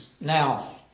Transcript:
Now